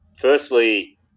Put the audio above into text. Firstly